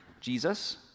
Jesus